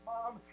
Mom